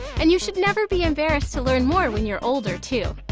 and you should never be embarrassed to learn more when you're older too.